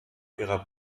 ihrer